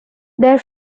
their